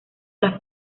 las